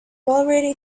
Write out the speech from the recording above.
already